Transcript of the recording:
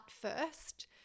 first